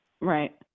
Right